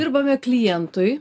dirbame klientui